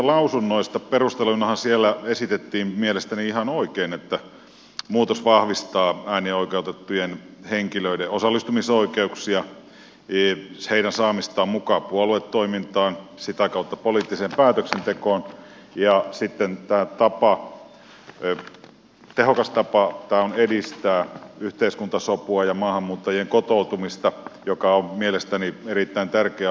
perusteluinahan siellä esitettiin mielestäni ihan oikein että muutos vahvistaa äänioikeutettujen henkilöiden osallistumisoikeuksia heidän saamistaan mukaan puoluetoimintaan sitä kautta poliittiseen päätöksentekoon ja sitten tämä on tehokas tapa edistää yhteiskuntasopua ja maahanmuuttajien kotoutumista joka on mielestäni erittäin tärkeä ja kannatettava asia